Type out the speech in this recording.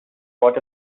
what